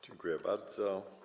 Dziękuję bardzo.